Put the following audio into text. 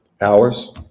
Hours